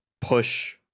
push